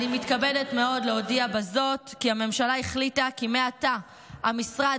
אני מתכבדת מאוד להודיע בזאת שהממשלה החליטה כי מעתה המשרד